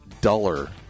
duller